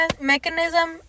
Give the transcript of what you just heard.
mechanism